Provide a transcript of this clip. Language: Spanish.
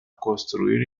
construir